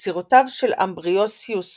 יצירותיו של אמברוסיוס